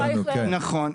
נכון,